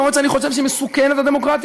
למרות שאני חושב שהיא מסוכנת לדמוקרטיה,